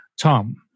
Tom